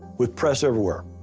with press everywhere.